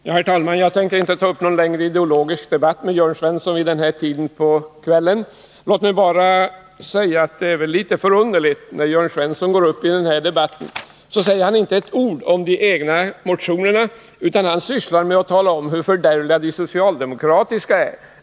Herr talman! Jag tänker inte ta upp någon längre ideologisk debatt med Jörn Svensson vid denna tid på kvällen. Låt mig bara säga att det väl är litet förunderligt att Jörn Svensson när han går upp i denna debatt inte säger ett ord om de egna motionerna, utan ägnar sig åt att tala om hur fördärvliga de socialdemokratiska förslagen är.